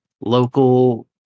local